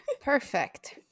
Perfect